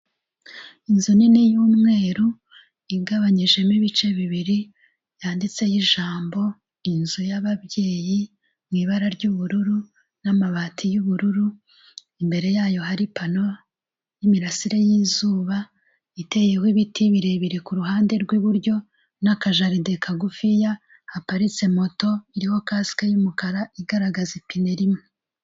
Inzu nini yumweru igabanyijemo ibice bibiri yanditseho ijambo inzu yababyeyi mw,ibara ry'ubururu n'amabati y'ubururu imbere yayo hari ipanlo yimirasire yizuba iteyeho ibiti birebire kuruhande rwiburyo naka jaride kagufi ya haparitse moto iriho cask yumukara igaragaza ipine imwe.